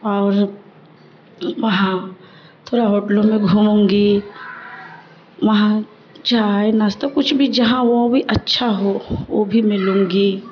اور وہاں تھوڑا ہوٹلوں میں گھوموں گی وہاں چائے ناشتہ کچھ بھی جہاں وہ بھی اچھا ہو وہ بھی میں لوں گی